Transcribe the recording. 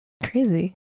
Crazy